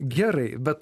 gerai bet